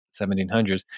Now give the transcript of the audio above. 1700s